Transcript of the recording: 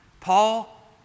Paul